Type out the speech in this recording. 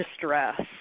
distress